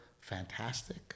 fantastic